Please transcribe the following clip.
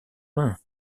main